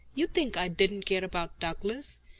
you think i didn't care about douglas?